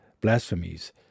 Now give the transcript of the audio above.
blasphemies